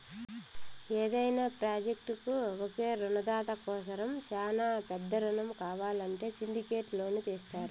యాదైన ప్రాజెక్టుకు ఒకే రునదాత కోసరం శానా పెద్ద రునం కావాలంటే సిండికేట్ లోను తీస్తారు